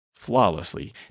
flawlessly